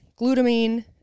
glutamine